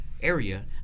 area